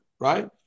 Right